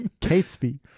Catesby